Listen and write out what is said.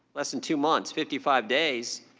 less than two months, fifty five days,